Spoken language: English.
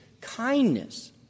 kindness